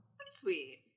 sweet